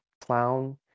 clown